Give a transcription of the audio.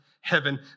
heaven